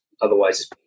otherwise